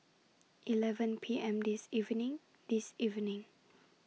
eleven P M This evening This evening